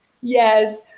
Yes